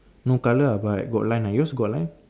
no colour ah but got line ah yours got line